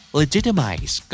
legitimize